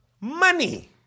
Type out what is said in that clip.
money